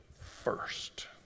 first